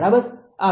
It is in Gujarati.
𝑘𝑒 આભાર